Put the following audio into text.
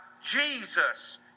Jesus